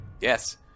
Yes